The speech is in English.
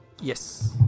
Yes